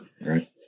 Right